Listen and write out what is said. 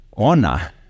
Honor